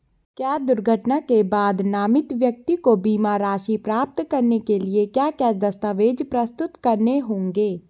क्या दुर्घटना के बाद नामित व्यक्ति को बीमा राशि प्राप्त करने के लिए क्या क्या दस्तावेज़ प्रस्तुत करने होंगे?